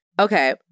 Okay